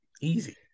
Easy